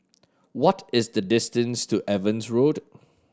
what is the distance to Evans Road